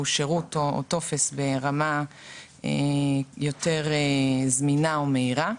שירות או טופס ברמה יותר זמינה או מהירה.